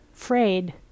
frayed